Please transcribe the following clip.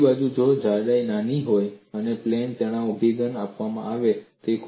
બીજી બાજુ જો જાડાઈ નાની હોય પ્લેન તણાવ અભિગમ અપનાવવામાં આવે છે